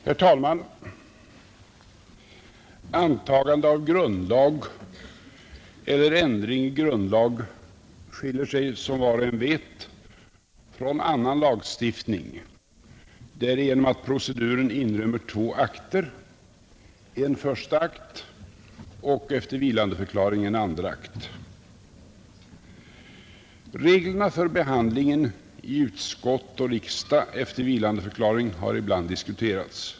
Herr talman! Antagande av grundlag eller ändring i grundlag skiljer sig som bekant från annan lagstiftning därigenom att proceduren inrymmer två akter: en första akt och efter vilandeförklaringen en andra akt. Reglerna för behandlingen i utskott och riksdag efter vilandeförklaring har ibland diskuterats.